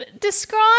describe